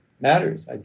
matters